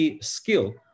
skill